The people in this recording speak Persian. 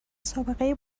سابقه